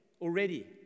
already